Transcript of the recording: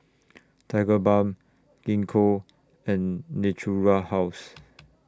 Tigerbalm Gingko and Natura House